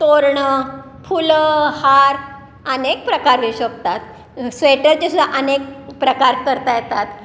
तोरणं फुलं हार अनेक प्रकार स्वेटरचे सुद्धा अनेक प्रकार करता येतात